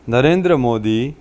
Narendra Modi